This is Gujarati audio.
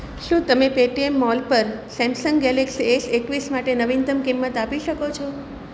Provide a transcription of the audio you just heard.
શું તમે પેટીએમ મોલ પર સેમસંગ ગેલેક્સી એસ એકવીસ માટે નવીનતમ કિંમત આપી શકો છો